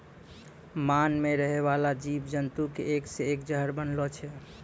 मान मे रहै बाला जिव जन्तु के एक से एक जहर बनलो छै